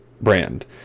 brand